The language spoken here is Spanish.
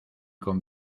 con